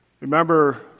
Remember